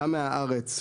גם מהארץ,